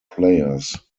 players